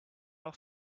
auf